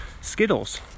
Skittles